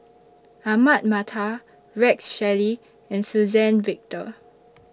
Ahmad Mattar Rex Shelley and Suzann Victor